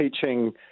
teaching